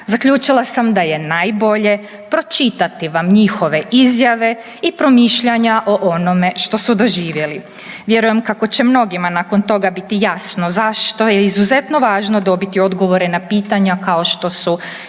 Zaključila sam da je najbolje pročitati vam njihove izjave i promišljanja o onome što su doživjeli. Vjerujem kako će mnogima nakon toga biti jasno zašto je izuzetno važno dobiti odgovore na pitanja kao što su jesu li